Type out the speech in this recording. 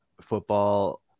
football